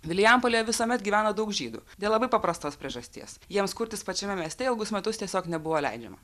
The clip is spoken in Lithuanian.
vilijampolėje visuomet gyveno daug žydų dėl labai paprastos priežasties jiems kurtis pačiame mieste ilgus metus tiesiog nebuvo leidžiama